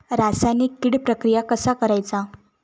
रासायनिक कीड प्रक्रिया कसा करायचा?